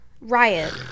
riot